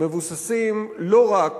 מבוססים לא רק